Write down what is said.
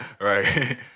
right